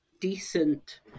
decent